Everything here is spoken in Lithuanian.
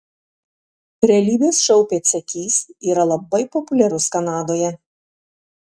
realybės šou pėdsekys yra labai populiarus kanadoje